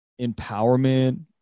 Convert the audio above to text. Empowerment